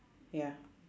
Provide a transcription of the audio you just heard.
ya